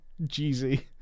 Jeezy